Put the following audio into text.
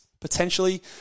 potentially